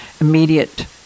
immediate